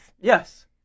Yes